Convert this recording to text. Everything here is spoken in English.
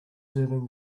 serving